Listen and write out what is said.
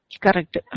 Correct